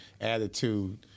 attitude